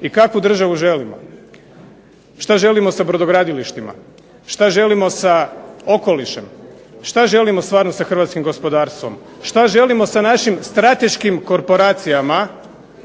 i kakvu državu želimo, šta želimo sa brodogradilištima, šta želimo sa okolišem, šta želimo stvarno sa hrvatskim gospodarstvom, šta želimo sa našim strateškim korporacijama,